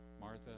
Martha